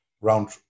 round